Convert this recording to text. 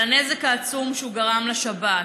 על הנזק העצום שהוא גרם לשבת,